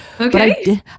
Okay